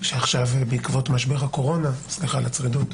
שעכשיו בעקבות משבר הקורונה סליחה על הצרידות,